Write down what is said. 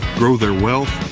grow their wealth,